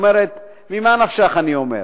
כלומר, ממה נפשך, אני אומר: